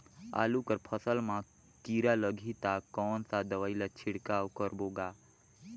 आलू कर फसल मा कीरा लगही ता कौन सा दवाई ला छिड़काव करबो गा?